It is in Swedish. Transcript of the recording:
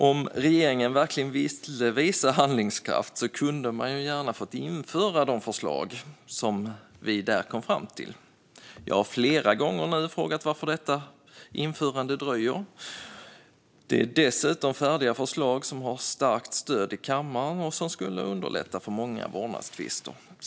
Om regeringen verkligen ville visa handlingskraft kunde man gärna ha fått införa de förslag som vi där kom fram till. Jag har flera gånger frågat varför detta införande dröjer. Det är dessutom färdiga förslag som har starkt stöd i kammaren och som skulle underlätta i många vårdnadstvister.